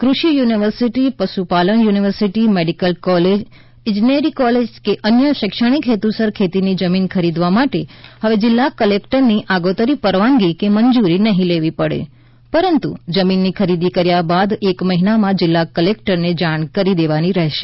કૃષિ યુનિવર્સિટી પશુપાલન university medical college ઇજનેરી કોલેજ કે અન્ય શૈક્ષણિક હેતુસર ખેતીની જમીન ખરીદવા માટે હવે જિલ્લા કલેકટરની આગોતરી પરવાનગી કે મંજૂરી નહિ લેવી પડે પરંતુ જમીનની ખરીદી કર્યા બાદ એક મહિનામાં જિલ્લા કલેકટરને જાણ કરી દેવાની રહેશે